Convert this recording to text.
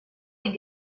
est